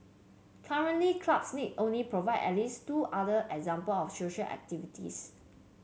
currently clubs need only provide at least two other example of social activities